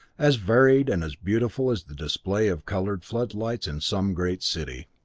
as varied and as beautiful as the display of colored floodlights in some great city.